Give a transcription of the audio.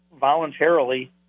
voluntarily